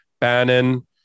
Bannon